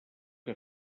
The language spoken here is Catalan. que